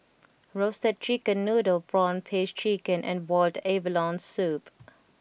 Roasted Chicken Noodle Prawn Paste Chicken and Boiled Abalone Soup